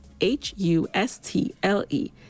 H-U-S-T-L-E